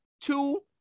two